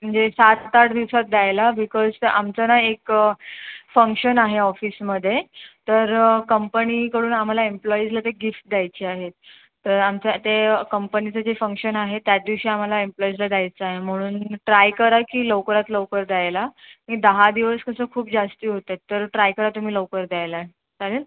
म्हणजे सात आठ दिवसात द्यायला बिकॉज आमचं ना एक फंक्शन आहे ऑफिसमध्ये तर कंपनीकडून आम्हाला एम्प्लॉईजला ते गिफ्ट द्यायचे आहेत तर आमच्या ते कंपनीचं जे फंक्शन आहे त्याच दिवशी आम्हाला एम्प्लॉईजला द्यायचं आहे म्हणून ट्राय करा की लवकरात लवकर द्यायला मी दहा दिवस कसं खूप जास्त होत आहेत तर ट्राय करा तुम्ही लवकर द्यायला चालेल